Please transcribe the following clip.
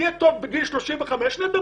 תהיה טוב בגיל 35 נדבר.